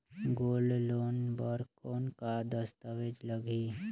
Gold loan बर कौन का दस्तावेज लगही?